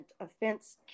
offense